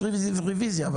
רביזיה.